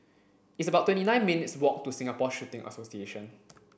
it's about twenty nine minutes' walk to Singapore Shooting Association